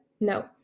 No